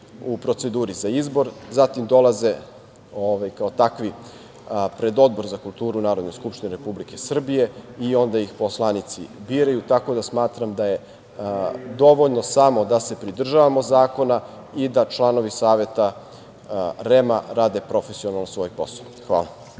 u proceduri za izbor, zatim dolaze kao takvi pred Odbor za kulturu Narodne skupštine Republike Srbije i onda ih poslanici biraju, tako da smatram da je dovoljno samo da se pridržavamo zakona i da članovi Saveta REM-a rade profesionalno svoj posao. Hvala.